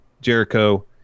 Jericho